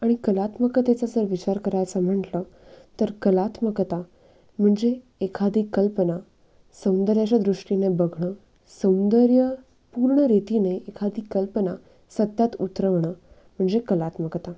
आणि कलात्मकतेचा जर विचार करायचा म्हटलं तर कलात्मकता म्हणजे एखादी कल्पना सौंदर्याच्या दृष्टीने बघणं सौंदर्यपूर्ण रीतीने एखादी कल्पना सत्यात उतरवणं म्हणजे कलात्मकता